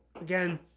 Again